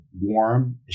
warm